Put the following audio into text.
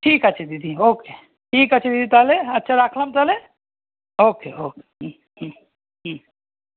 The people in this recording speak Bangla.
ঠিক আছে দিদি ওকে ঠিক আছে দিদি তাহলে আচ্ছা রাখলাম তাহলে ওকে ওকে হুম হুম হুম